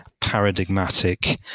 paradigmatic